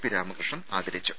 P Ramakrishnan ആദരിച്ചു